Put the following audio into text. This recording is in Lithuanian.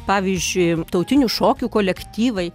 pavyzdžiui tautinių šokių kolektyvai